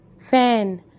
Fan